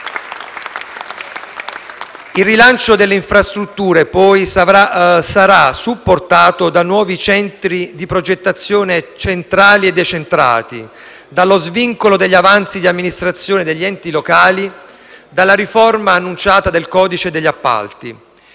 Il rilancio delle infrastrutture sarà poi supportato da nuovi centri di progettazione centrali e decentrati, dallo svincolo degli avanzi di amministrazione degli enti locali e dalla riforma annunciata del codice degli appalti.